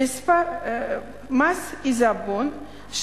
מס עיזבון,